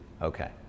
Okay